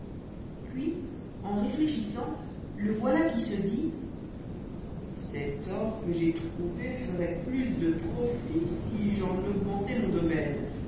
puis en réfléchissant le voilà qui se dit cet or que jai trouvé ferait plus de profit si j'en augmentais mon domaine